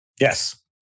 Yes